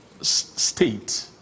state